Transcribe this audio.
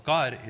God